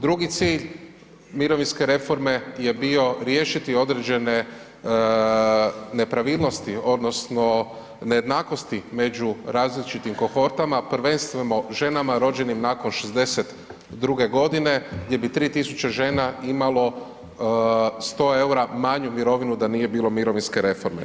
Drugi cilj mirovinske reforme je bio riješiti određene nepravilnosti odnosno nejednakosti među različitim kohortama prvenstveno ženama rođenim nakon '62. godine gdje bi 3 tisuće žena imalo 100 eura manju mirovinu da nije bilo mirovinske reforme.